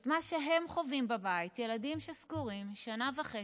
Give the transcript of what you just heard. את מה שהם חווים בבית, ילדים שסגורים שנה וחצי,